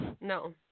No